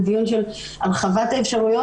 הוא דיון של הרחבת האפשרויות.